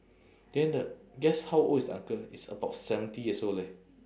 then the guess how old is the uncle he's about seventy years old leh